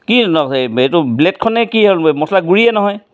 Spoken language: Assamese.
কি এইটো ব্লেডখনে কি হ'ল মছলা গুড়িয়েই নহয়